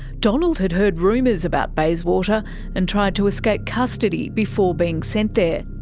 donald had heard rumours about bayswater and tried to escape custody before being sent there.